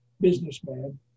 businessman